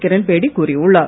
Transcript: கிரண்பேடி கூறியுள்ளார்